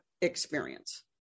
experience